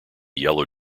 yellow